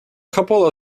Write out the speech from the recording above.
couple